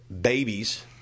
babies